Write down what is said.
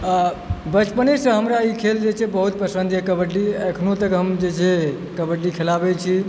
आ बचपनेसँ हमरा ई खेल जे छै कबड्डी बहुत पसंद अछि अखनो तक जे छै हम कबड्डी खेलाबै छी